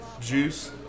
juice